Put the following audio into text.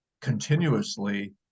continuously